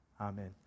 Amen